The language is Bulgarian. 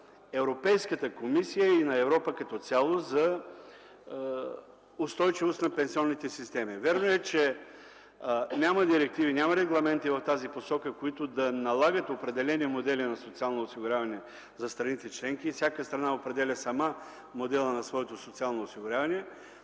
Европейската комисия и на Европа като цяло за устойчивост на пенсионните системи. Вярно е, че няма директиви, няма регламенти в тази посока, които да налагат определени модели на социално осигуряване за страните-членки и всяка страна определя сама модела на своето социално осигуряване,